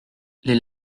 les